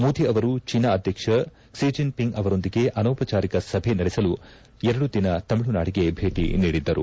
ಮೋದಿ ಅವರು ಜೀನಾ ಅಧ್ಯಕ್ಷ ಕ್ಲಿ ಜಿನ್ ಪಿಂಗ್ ಅವರೊಂದಿಗೆ ಅನೌಪಚಾರಿಕ ಸಭೆ ನಡೆಸಲು ಎರಡು ದಿನ ತಮಿಳುನಾಡಿಗೆ ಭೇಟಿ ನೀಡಿದ್ದರು